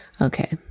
Okay